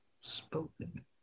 Spoken